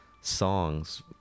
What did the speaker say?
songs